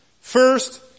first